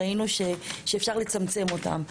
ראינו שאפשר לצמצם אותן.